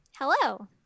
Hello